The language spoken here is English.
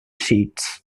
sheets